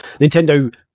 Nintendo